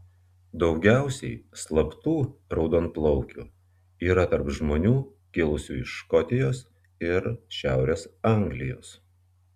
daugiausiai slaptų raudonplaukių yra tarp žmonių kilusių iš škotijos ir šiaurės anglijos